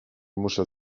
muszę